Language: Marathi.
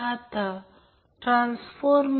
हे RL दिले आहे आणि हे 320 पिकोफॅरड आहे